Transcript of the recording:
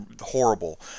horrible